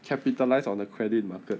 capitalised on the credit market